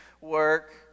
work